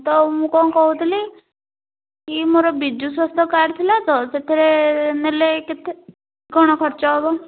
ତ ମୁଁ କ'ଣ କହୁଥିଲି କି ମୋର ବିଜୁ ସ୍ଵାସ୍ଥ୍ୟ କାର୍ଡ଼ ଥିଲା ତ ସେଥିରେ ନେଲେ କେତେ କ'ଣ ଖର୍ଚ୍ଚ ହବ